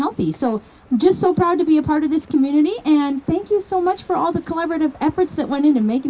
healthy so just so proud to be a part of this community and thank you so much for all the collaborative efforts that went into mak